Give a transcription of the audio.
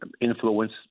influence